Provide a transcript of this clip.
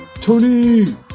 Tony